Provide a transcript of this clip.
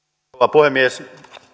puhemies